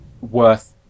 worth